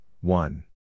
One